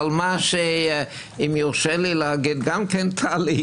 אבל אם יורשה לי להגיד גם כן טלי,